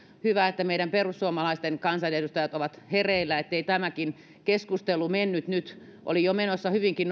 hyvä että meidän perussuomalaisten kansanedustajat ovat hereillä niin ettei tämäkin keskustelu nyt mennyt oli jo menossa hyvinkin